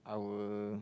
our